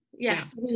Yes